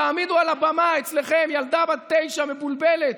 תעמידו על הבמה אצלכם ילדה בת תשע מבולבלת,